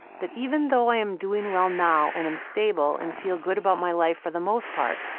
that even though i am doing well now, and am stable and feel good about my life for the most part,